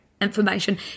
information